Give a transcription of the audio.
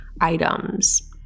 items